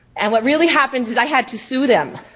and what really happens is i had to sue them.